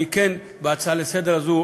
בהצעה הזאת לסדר-היום